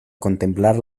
contemplar